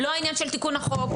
לא העניין של תיקון החוק,